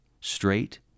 straight